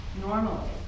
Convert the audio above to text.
normally